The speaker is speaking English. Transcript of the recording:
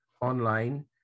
online